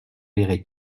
verrai